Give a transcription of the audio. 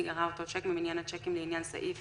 ייגרע אותו שיק ממניין השיקים לעניין סעיף